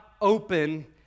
open